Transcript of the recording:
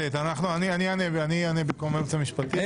אני אענה במקום הייעוץ המשפטי.